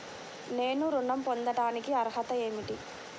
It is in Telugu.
నేను ఋణం పొందటానికి అర్హత ఏమిటి?